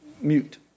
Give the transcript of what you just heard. mute